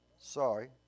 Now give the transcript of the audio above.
Sorry